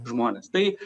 žmonės tai